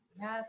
Yes